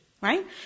Right